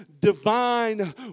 divine